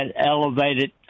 elevated